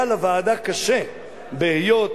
היה לוועדה קשה בהיות